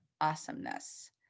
awesomeness